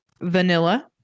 vanilla